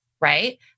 right